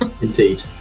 Indeed